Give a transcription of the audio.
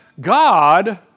God